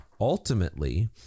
Ultimately